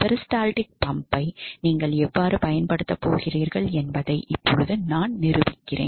peristaltic பம்பை நீங்கள் எவ்வாறு பயன்படுத்தப் போகிறீர்கள் என்பதை இப்போது நான் நிரூபிப்பேன்